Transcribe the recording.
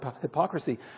hypocrisy